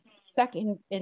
second